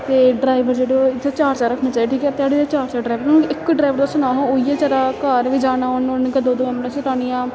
ते ड्राइवर जेह्ड़े ओह् इत्थे चार चारा रक्खने चाहिदे ठीक ऐ ध्याड़ी दे चार चार ड्राइवर होन इक्को ड्राइवर ऐ सानओ इयै बेचारा घर बी जाना उन उन कदू